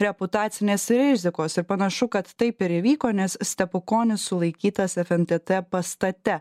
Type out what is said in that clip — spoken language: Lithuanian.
reputacinės rizikos ir panašu kad taip ir įvyko nes stepukonis sulaikytas fntt pastate